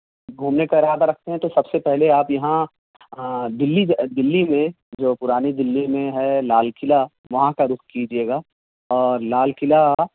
گھومنے کا ارادہ رکھتے ہیں تو سب سے پہلے آپ یہاں دلی دلی میں جو پرانی دلی میں ہے لال قلعہ وہاں کا رخ کیجیے گا اور لال قلعہ